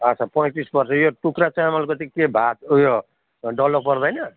अच्छा पैँतिस पर्छ यो टुक्रा चामलको चाहिँ के भात उयो डल्लो पर्दैन